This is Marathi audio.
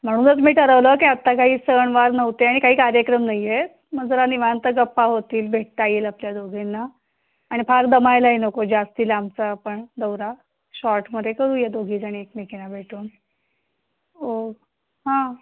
म्हणूनच मी ठरवलं की आता काही सणवार नव्हते आणि काही कार्यक्रम नाही आहेत मग जरा निवांत गप्पा होतील भेटता येईल आपल्या दोघींना आणि फार दमायलाही नको जास्त लांबचं आपण दौरा शॉर्टमध्ये करूया दोघीजणी एकमेकींना भेटून ओ हां